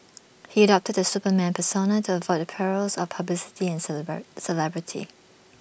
he adopted the Superman persona to avoid the perils of publicity and celebrity